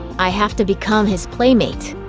i have to become his playmate.